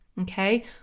okay